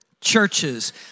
Churches